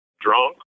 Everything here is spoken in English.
drunk